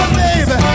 baby